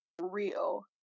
real